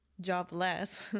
jobless